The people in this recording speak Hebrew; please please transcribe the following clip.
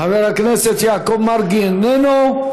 חבר הכנסת יעקב מרגי איננו.